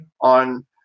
on